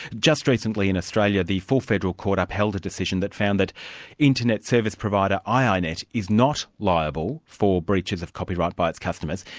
just recently in australia, the full federal court upheld a decision that found that internet service provider ah iinet is not liable for breaches of copyright by its customers.